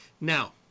Now